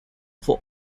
for